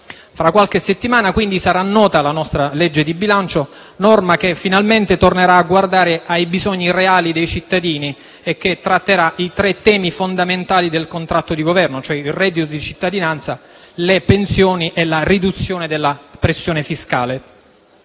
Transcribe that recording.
Tra qualche settimana, quindi, sarà nota la nostra legge di bilancio, che finalmente tornerà a guardare ai bisogni reali dei cittadini e che tratterà i tre temi fondamentali del contratto di Governo: il reddito di cittadinanza, le pensioni e la riduzione della pressione fiscale.